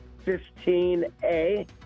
15A